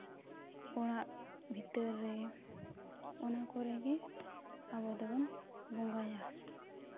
ᱚᱲᱟᱜ ᱵᱷᱤᱛᱟᱹᱨ ᱨᱮ ᱚᱱᱟ ᱠᱚᱨᱮᱜ ᱜᱮ ᱟᱵᱚ ᱫᱚᱵᱚᱱ ᱵᱚᱸᱜᱟᱭᱟ